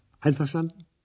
Einverstanden